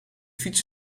fiets